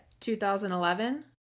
2011